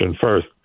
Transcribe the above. first